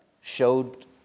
showed